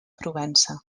provença